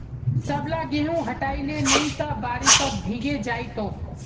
सबला गेहूं हटई ले नइ त बारिशत भीगे जई तोक